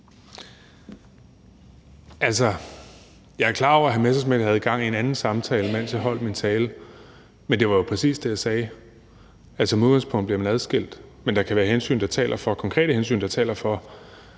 jeg er klar over, at hr. Morten Messerschmidt havde gang i en anden samtale, mens jeg holdt min tale, men det var jo præcis det, jeg sagde, nemlig at man som udgangspunkt bliver adskilt, men at der kan være konkrete hensyn, der taler for,